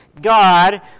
God